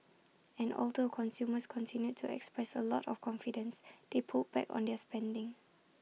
and although consumers continued to express A lot of confidence they pulled back on their spending